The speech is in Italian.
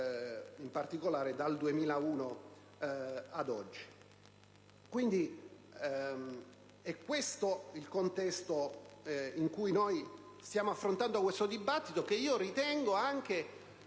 in particolare dal 2001 ad oggi. È questo il contesto in cui noi stiamo affrontando questo dibattito, che ritengo,